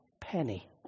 penny